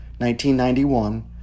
1991